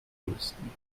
größten